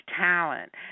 talent